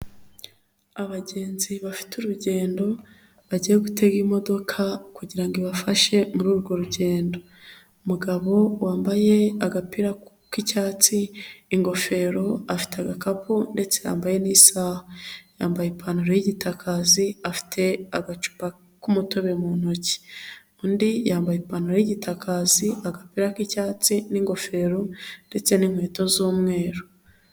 Abagenzi bafite urugendo bagiye gutega imodoka kugirango ibafashe muri urwo rugendo. Umugabo wambaye agapira k'icyatsi, ingofero afite agakapu ndetse yambaye n'isaha. Yambaye ipantaro y'igitaka, afite agacupa k'umutobe mu ntoki. Undi yambaye ipantaro y'igitaka, agapira k'icyatsi n'ingofero ndetse n'inkweto z'umweru.